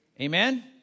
Amen